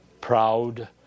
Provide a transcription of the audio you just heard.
Proud